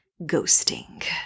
ghosting